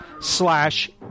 slash